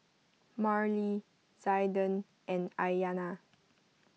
Marlee Zaiden and Aiyana